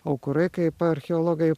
aukurai kaip archeologai